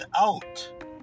out